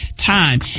Time